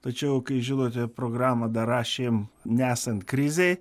tačiau kai žinote programą dar rašėm nesant krizei